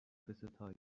بستای